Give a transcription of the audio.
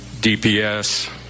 DPS